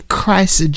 Christ